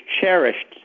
cherished